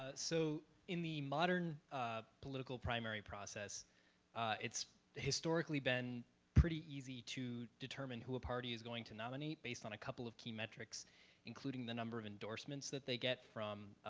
ah so in the modern ah political primary process it's historically been pretty easy to determine who a party is going to nominate based on a couple of key metrics including the number of endorsements that they get from